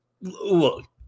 look